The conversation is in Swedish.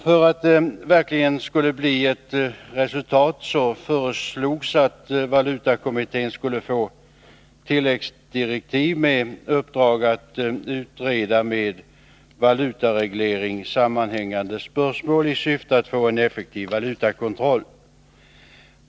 För att det verkligen skulle bli ett resultat föreslogs det att valutakommittén genom tilläggsdirektiv skulle få i uppdrag att utreda med valutaregleringen sammanhängande spörsmål i syfte att få en effektiv valutakontroll.